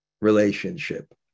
relationship